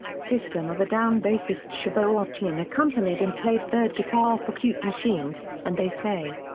system of a down bassist shavo odadjian accompanied and played third guitar for cute machines and they say.